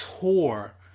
tour